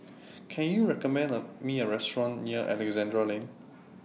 Can YOU recommend Me A Restaurant near Alexandra Lane